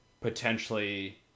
potentially